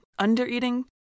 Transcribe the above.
undereating